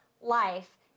life